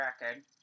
record